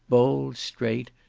bold, straight,